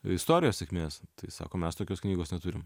istorijos sėkmės tai sako mes tokios knygos neturim